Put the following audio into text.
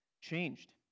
changed